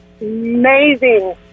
amazing